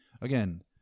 again